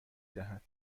دهد